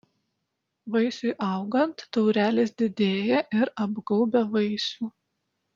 vaisiui augant taurelės didėja ir apgaubia vaisių